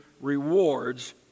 rewards